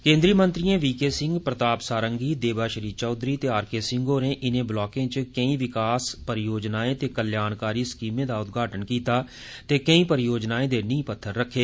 केन्द्रीय मंत्रिएं V K Singh Pratap Sarangi Debashree Chaudhary ते आर के सिंह होरें इनें ब्लाकें च केई विकास परियोजनाएं ते कल्याणकारी स्कीमें दा उद्घाटन कीता ते केई परियोजनाएं दे नींह पत्थर रक्खे